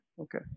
okay